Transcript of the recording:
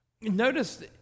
Notice